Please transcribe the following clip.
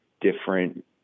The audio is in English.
different